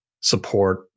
support